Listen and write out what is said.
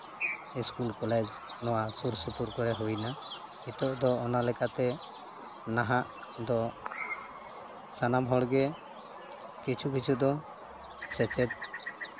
school college ᱱᱚᱣᱟ ᱥᱩᱨᱼᱥᱩᱯᱩᱨ ᱠᱚᱨᱮ ᱦᱩᱭᱱᱟ ᱱᱤᱛᱚᱜ ᱫᱚ ᱚᱱᱟ ᱞᱮᱠᱟᱛᱮ ᱱᱟᱦᱟᱜ ᱫᱚ ᱥᱟᱱᱟᱢ ᱦᱚᱲᱜᱮ ᱠᱤᱪᱷᱩ ᱠᱤᱪᱷᱩ ᱫᱚ ᱥᱮᱪᱮᱫ